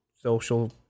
social